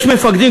יש מפקדים,